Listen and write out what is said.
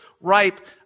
ripe